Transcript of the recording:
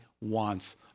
wants